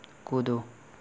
कूदो